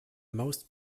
most